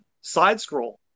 side-scroll